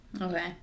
Okay